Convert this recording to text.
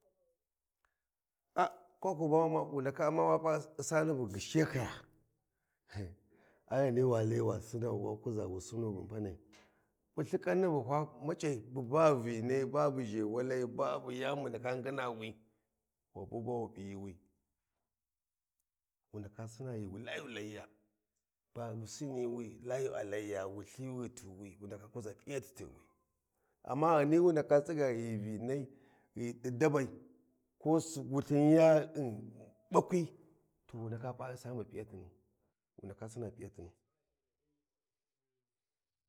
Ah Kwaku ba wu ndaka umma wa pa ussani bu ghisiyakaya, ea ai walai wa sinau wa kuga wu sunu bu mbanai bu lthikanni bu kwa mac’ai bu kwa vinai babu zhewalai ba buy ani bu ndaka nginawi wa bu ba wu p’iyiwi, wu ndaka sina ghi layu layiya. Ba wu siniwi layu a layiya wi lthiwi ghi tighuwi wu ndaka kuza p’iyati tighuwi. Amma Ghani wu ndaka tsiga ghi vinsi, ghi di dabai ko sin wulthin ya um bakwai to wu ndaka ba ussaini bu p’iyatinu wu ndaka sinna p’iyatinu